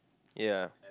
ya